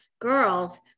girls